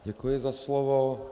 Děkuji za slovo.